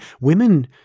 women